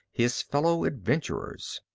his fellow adventurers.